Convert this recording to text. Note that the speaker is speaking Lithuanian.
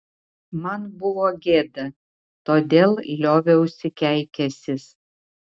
man buvo gėda todėl lioviausi keikęsis